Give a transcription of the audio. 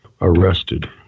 arrested